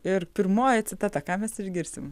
ir pirmoji citata ką mes išgirsim